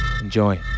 enjoy